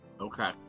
Okay